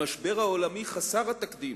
המשבר העולמי חסר התקדים,